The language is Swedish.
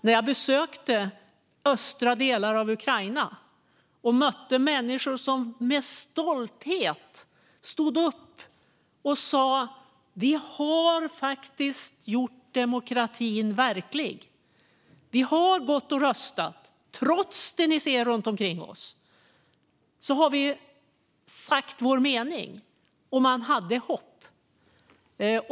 När jag besökte de östra delarna av Ukraina mötte jag människor som med stolthet stod upp och sa: Vi har gjort demokratin verklig. Vi har gått och röstat. Trots det ni ser runt omkring oss har vi sagt vår mening. Man hade hopp.